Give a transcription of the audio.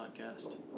podcast